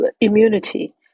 Immunity